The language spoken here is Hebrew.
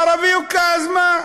ערבי הוכה, אז מה?